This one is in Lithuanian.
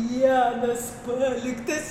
vienas paliktas